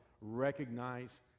Recognize